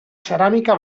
ceràmica